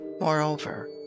moreover